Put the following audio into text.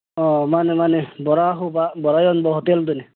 ꯑꯣ ꯃꯥꯅꯦ ꯃꯥꯅꯦ ꯕꯣꯔꯥ ꯍꯧꯕ ꯕꯣꯔꯥ ꯌꯣꯟꯕ ꯍꯣꯇꯦꯜꯗꯨꯅꯤ